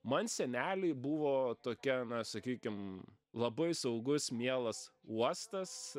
man seneliai buvo tokie na sakykim labai saugus mielas uostas